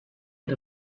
had